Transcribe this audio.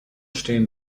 stehen